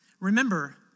Remember